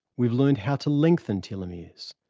we've learnt how to lengthen telomeres.